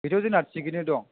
बेथ' जोंना थिगैनो दं